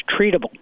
treatable